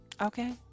okay